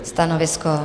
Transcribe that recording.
Stanovisko?